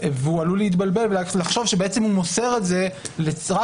הוא עלול להתבלבל ולחשוב שבעצם הוא מוסר את זה רק